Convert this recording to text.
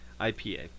IPA